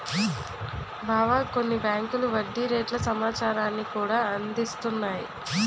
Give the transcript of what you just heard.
బావా కొన్ని బేంకులు వడ్డీ రేట్ల సమాచారాన్ని కూడా అందిస్తున్నాయి